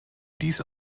dies